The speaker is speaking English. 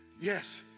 yes